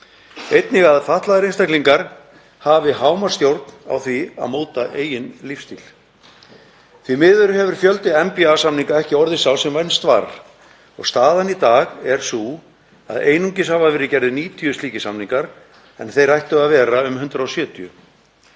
einnig að fatlaðir einstaklingar hafi hámarksstjórn á því að móta eigin lífsstíl. Því miður hefur fjöldi NPA-samninga ekki orðið sá sem vænst var og staðan í dag er sú að einungis hafa verið gerðir 90 slíkir samningar en þeir ættu að vera um 170.